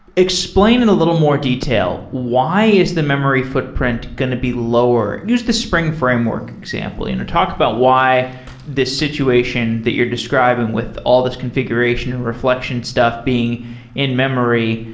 explain in a little more detail why is the memory footprint going to be lower? use the spring framework example. you know talk about why this situation that you're describing with all these configuration and reflection stuff being in-memory,